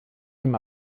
dem